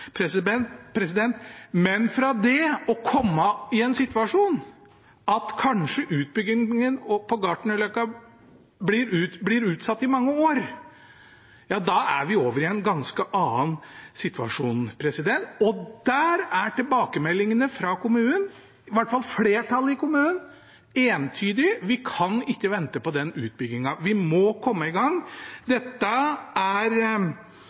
Men fra det til å komme i en situasjon der kanskje utbyggingen på Gartnerløkka blir utsatt i mange år – ja, da er vi over i en ganske annen situasjon, og der er tilbakemeldingene fra kommunen, i hvert fall flertallet i kommunen, entydige: Vi kan ikke vente med den utbyggingen, vi må komme i gang. Dette er